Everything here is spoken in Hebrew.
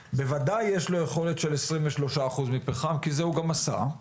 ודאי יש לו יכולת של 23% מפחם כי זה הוא גם עשה,